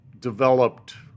developed